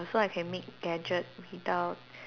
so I can make gadget without